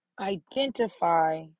identify